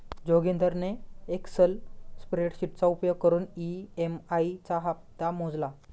जोगिंदरने एक्सल स्प्रेडशीटचा उपयोग करून ई.एम.आई चा हप्ता मोजला